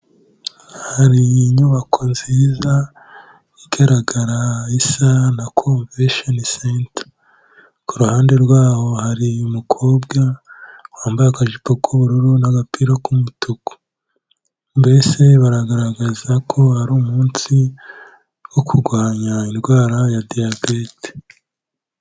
Hari inyubako nziza, igaragara isa na convention center, ku ruhande rwaho hari umukobwa wambaye akajipo k'ubururu, n'agapira k'umutuku, mbese baragaragaza ko ari umunsi wo kurwanya indwara ya diyabete.